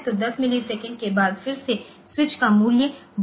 तो 10 मिलीसेकंड के बाद फिर से स्विच का मूल्य पढ़ें